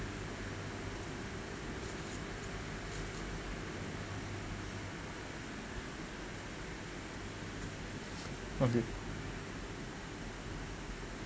of the